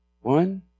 One